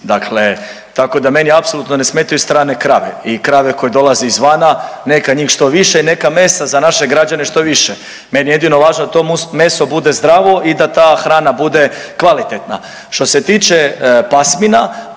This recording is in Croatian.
Dakle, tako da meni apsolutno ne smetaju strane krave i krave koje dolaze izvana, neka njih što više i neka mesa za naše građane što više. Meni je jedino važno da to meso bude zdravo i da ta hrana bude kvalitetna. Što se tiče pasmina,